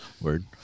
Word